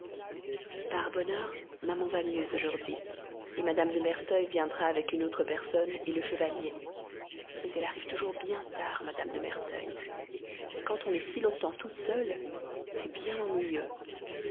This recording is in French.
par bonheur maman va fort bien aujourd'hui mme de merteuil viendra avec une autre personne le chevalier danceny mais elle arrive toujours bien tard mme de merteuil quand on est si longtemps toute seule c'est bien ennuyeux